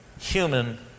human